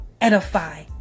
Edify